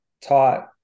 taught